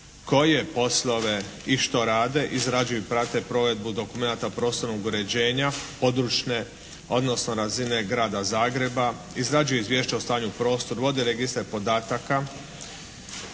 koje poslove i što rade, izrađuju i prate provedbu dokumenata prostornog uređenja, područne odnosno razine Grada Zagreba, izrađuje izvješća o stanju prostora, vode registar podataka,